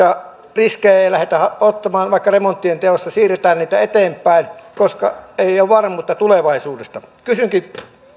riskejä ei lähdetä ottamaan vaikkapa remonttien teossa siirretään niitä eteenpäin koska ei ole varmuutta tulevaisuudesta kysynkin